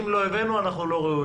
אם לא הבאנו אנחנו לא ראויים.